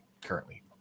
currently